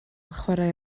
chwarae